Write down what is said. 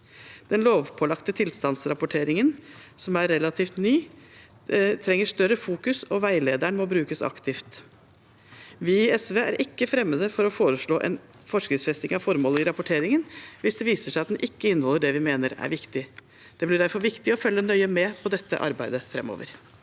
Den lovpålagte tilstandsrapporteringen, som er relativt ny, trenger å vektlegges i større grad, og veilederen må brukes aktivt. Vi i SV er ikke fremmede for å foreslå en forskriftsfesting av formålet i rapporteringen hvis det viser seg at den ikke inneholder det vi mener er viktig. Det blir derfor viktig å følge nøye med på dette arbeidet framover.